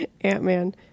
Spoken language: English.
Ant-Man